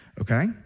Okay